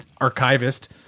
archivist